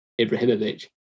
Ibrahimovic